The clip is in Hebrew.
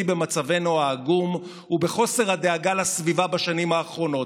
במצבנו העגום ובחוסר הדאגה לסביבה בשנים האחרונות,